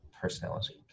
personality